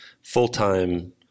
full-time